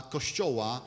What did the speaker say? Kościoła